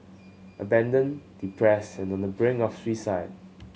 abandoned depressed and on the brink of suicide